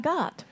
God